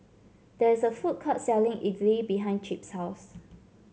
there is a food court selling idly behind Chip's house